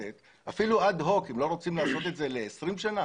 אפילו אד-הוק אם לא רוצים לעשות את זה ל-20 שנה